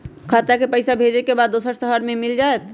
खाता के पईसा भेजेए के बा दुसर शहर में मिल जाए त?